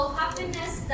happiness